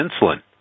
insulin